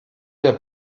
der